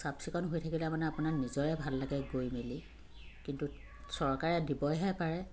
চাফচিকুণ হৈ থাকিলে মানে আপোনাৰ নিজৰে ভাল লাগে গৈ মেলি কিন্তু চৰকাৰে দিবহে পাৰে